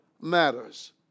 matters